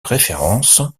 référence